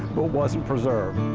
but wasn't preserved.